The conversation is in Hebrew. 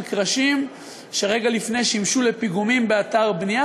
קרשים שרגע לפני כן שימשו לפיגומים באתר בנייה,